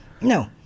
no